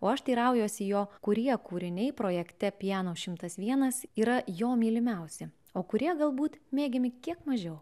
o aš teiraujuosi jo kurie kūriniai projekte piano šimtas vienas yra jo mylimiausi o kurie galbūt mėgiami kiek mažiau